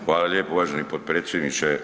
Hvala lijepo uvaženi potpredsjedniče.